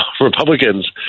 Republicans